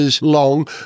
long